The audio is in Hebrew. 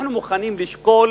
אנחנו מוכנים לשקול